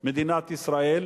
מדינת ישראל,